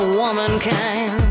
womankind